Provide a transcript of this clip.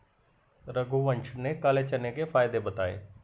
रघुवंश ने काले चने के फ़ायदे बताएँ